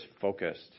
focused